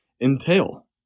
entail